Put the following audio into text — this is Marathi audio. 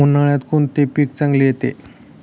उन्हाळ्यात कोणते पीक चांगले येते?